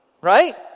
right